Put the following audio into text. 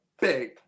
big